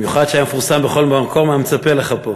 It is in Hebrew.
במיוחד שפורסם בכל מקום מה מצופה לך פה.